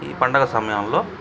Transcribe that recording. ఈ పండగ సమయంలో